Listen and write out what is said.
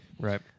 Right